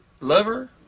lover